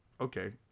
Okay